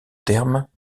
terme